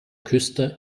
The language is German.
küste